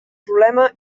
problema